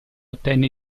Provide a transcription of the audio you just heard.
ottenne